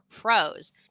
Pros